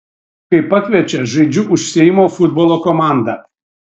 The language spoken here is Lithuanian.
kai pakviečia žaidžiu už seimo futbolo komandą